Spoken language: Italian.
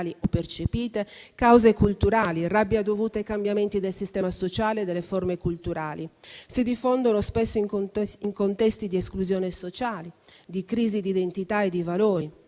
o percepite, cause culturali, rabbia dovuta ai cambiamenti del sistema sociale e delle forme culturali. Si diffondono spesso in contesti di esclusione sociale, di crisi d'identità e di valori.